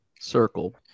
Circle